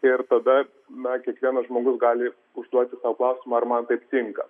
ir tada na kiekvienas žmogus gali užduoti sau klausimą ar man taip tinka